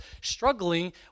struggling